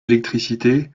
électricité